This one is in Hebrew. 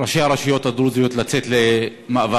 ראשי הרשויות הדרוזיות לצאת למאבק